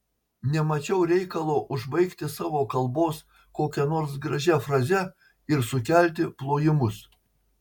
nemačiau reikalo užbaigti savo kalbos kokia nors gražia fraze ir sukelti plojimus